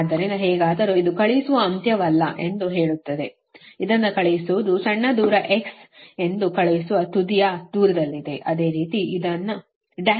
ಆದ್ದರಿಂದ ಹೇಗಾದರೂ ಇದು ಕಳುಹಿಸುವ ಅಂತ್ಯವಲ್ಲ ಎಂದು ಹೇಳುತ್ತದೆ ಇದನ್ನು ಕಳುಹಿಸುವುದು ಸಣ್ಣ ದೂರ x ಎಂದು ಕಳುಹಿಸುವ ತುದಿಯ ದೂರದಲ್ಲಿದೆ ಅದೇ ರೀತಿ ಇದು ಡ್ಯಾಶ್ ಡ್ಯಾಶ್ ತೋರಿಸಲಾಗಿದೆ